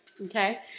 okay